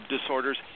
disorders